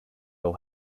ill